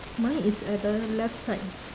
mine is at the left side